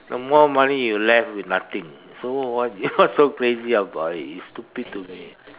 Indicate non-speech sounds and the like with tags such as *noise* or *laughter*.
the more money you left with nothing so what what's *laughs* so crazy about it it's stupid to me